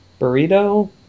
Burrito